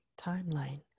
timeline